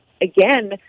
again